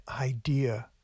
idea